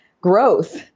growth